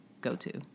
go-to